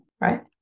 right